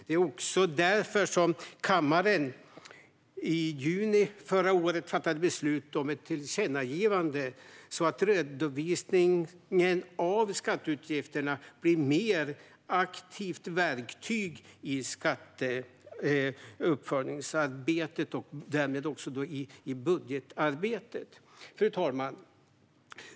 Det är därför kammaren i juni förra året fattade beslut om ett tillkännagivande om att redovisningen av skatteutgifterna skulle bli ett mer aktivt verktyg i skatteuppföljningsarbetet och därmed också i budgetarbetet. Fru talman!